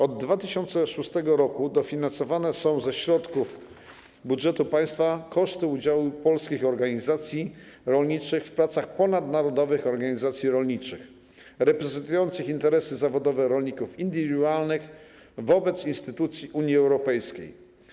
Od 2006 r. dofinansowywane są ze środków budżetu państwa koszty udziału polskich organizacji rolniczych w pracach ponadnarodowych organizacji rolniczych reprezentujących interesy zawodowe rolników indywidualnych wobec instytucji Unii Europejskiej.